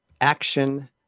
Action